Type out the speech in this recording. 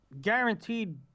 guaranteed